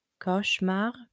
cauchemar